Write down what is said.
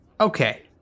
Okay